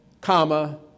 comma